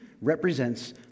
represents